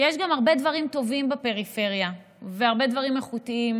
שיש גם הרבה דברים טובים בפריפריה והרבה דברים איכותיים.